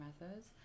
methods